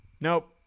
nope